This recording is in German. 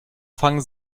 fangen